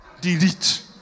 Delete